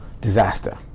disaster